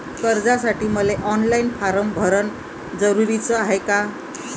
कर्जासाठी मले online form भरन जरुरीच हाय का?